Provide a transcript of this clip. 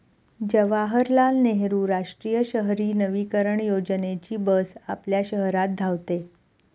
जवाहरलाल नेहरू राष्ट्रीय शहरी नवीकरण योजनेची बस आपल्या शहरात धावते